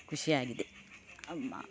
ಖುಷಿಯಾಗಿದೆ ಅಮ್ಮಾ